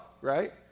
right